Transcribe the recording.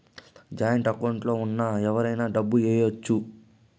joint account లో ఉన్న ఎవరైనా డబ్బు ఏయచ్చు